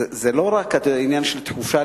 זה לא רק עניין של תחושה,